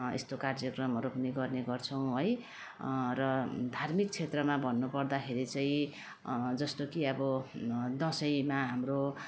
यस्तो कार्यक्रमहरू पनि गर्ने गर्छौँ है र धार्मिक क्षेत्रमा भन्नुपर्दाखेरि चाहिँ जस्तो कि अब दसैँमा हाम्रो